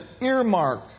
earmark